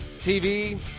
TV